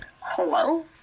Hello